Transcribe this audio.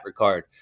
Ricard